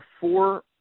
four